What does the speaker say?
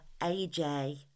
AJ